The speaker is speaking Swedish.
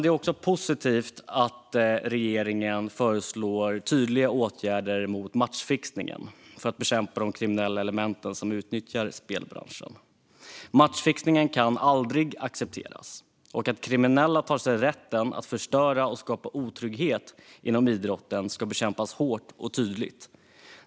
Det är också positivt att regeringen föreslår tydliga åtgärder mot matchfixning för att bekämpa de kriminella element som utnyttjar spelbranschen. Matchfixning kan aldrig accepteras, och att kriminella tar sig rätten att förstöra och skapa otrygghet inom idrotten ska bekämpas hårt och tydligt.